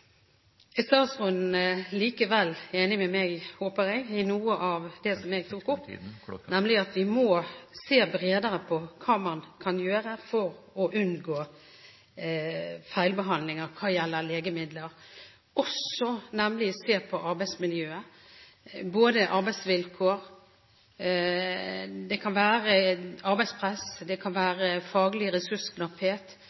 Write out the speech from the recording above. Er statsråden likevel enig med meg – jeg håper det – i noe av det som jeg tok opp, nemlig at vi må se bredere på hva man kan gjøre for å unngå feilbehandling hva gjelder legemidler, og at vi må se på arbeidsmiljøet, både når det gjelder arbeidsvilkår, arbeidspress,